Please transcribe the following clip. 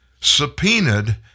subpoenaed